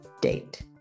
date